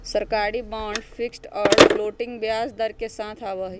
सरकारी bond fixed और floating ब्याज दर के साथ आवा हई